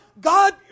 God